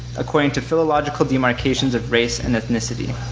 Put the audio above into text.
according to philological demarcations of race and ethnicity.